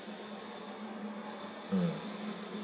mm